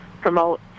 promote